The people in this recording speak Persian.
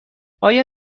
آیا